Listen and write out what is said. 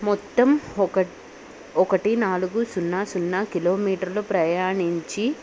మొత్తం ఒకటి నాలుగు సున్నా సున్నా కిలోమీటర్లు ప్రయాణించి